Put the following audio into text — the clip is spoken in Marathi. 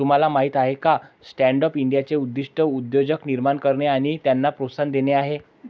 तुम्हाला माहीत आहे का स्टँडअप इंडियाचे उद्दिष्ट उद्योजक निर्माण करणे आणि त्यांना प्रोत्साहन देणे आहे